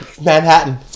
Manhattan